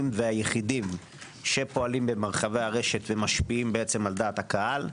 והיחידים שפועלים במרחבי הרשת ומשפיעים על דעת הקהל,